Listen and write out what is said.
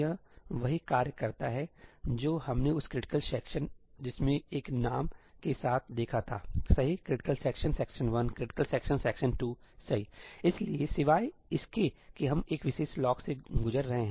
यह वही कार्य करता है जो हमने उस क्रिटिकल सेक्शन जिसमें एक नाम के साथ देखा थासही 'critical section' 'critical section'सही इसलिए सिवाय इसके कि हम एक विशेष लॉक से गुजर रहे हैं